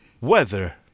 Weather